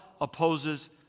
opposes